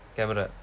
camera